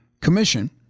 Commission